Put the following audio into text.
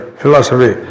philosophy